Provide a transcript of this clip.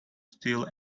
steal